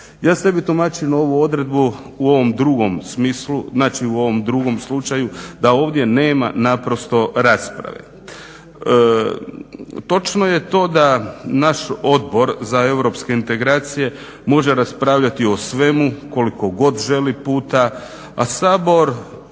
Ja sebi tumačim ovu odredbu u ovom drugom slučaju da ovdje nema naprosto rasprave. Točno je to da naš Odbor za europske integracije može raspravljati o svemu koliko god želi puta, a Sabor